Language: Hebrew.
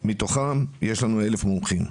ומתוכם יש לנו 1,000 מומחים.